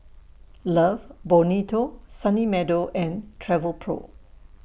Love Bonito Sunny Meadow and Travelpro